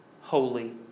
holy